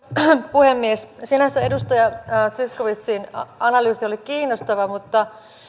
puhemies sinänsä edustaja zyskowiczin analyysi oli kiinnostava mutta